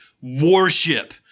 warship